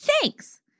Thanks